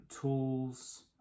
tools